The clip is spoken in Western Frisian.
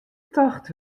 tocht